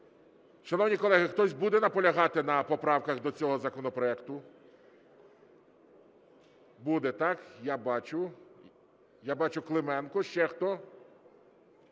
Шановні колеги, хтось буде наполягати на поправках до цього законопроекту? Буде, так, я бачу. Я бачу, Клименко. Ще хто?